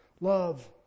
Love